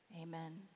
Amen